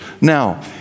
now